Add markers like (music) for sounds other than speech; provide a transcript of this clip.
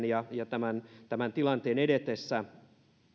(unintelligible) ja tämän tämän tilanteen edetessä